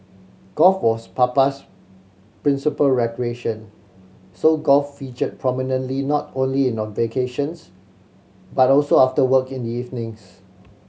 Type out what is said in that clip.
golf was Papa's principal recreation so golf featured prominently not only vacations but also after work in the evenings